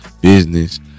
business